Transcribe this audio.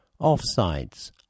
Offsides